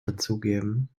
dazugeben